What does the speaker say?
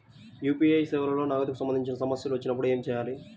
UPI సేవలలో నగదుకు సంబంధించిన సమస్యలు వచ్చినప్పుడు ఏమి చేయాలి?